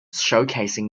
showcasing